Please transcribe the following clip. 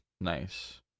Nice